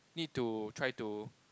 need to try to